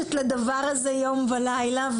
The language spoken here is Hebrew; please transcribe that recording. שעיקשת לדבר הזה יום ולילה,